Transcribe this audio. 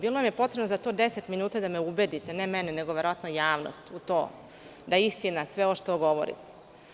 Bilo vam je potrebno za to 10 minuta da me ubedite, ne mene, nego verovatno javnost u to da je istina sve ovo što govorim.